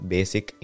Basic